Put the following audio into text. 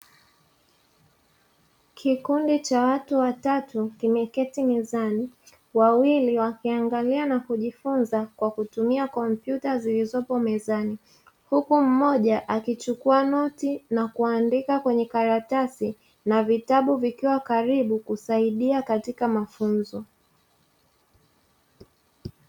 Kikundi cha watu watatu kimeketi mezani wawili wakiangalia na kujifunza kwa kutumia kompyuta zilizopo mezani huko mmoja akichukua noti na kuandika kwenye karatasi na vitabu vikiwa karibu kusaidia katika mafunzo